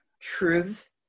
truth